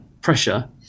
pressure